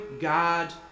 God